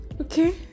Okay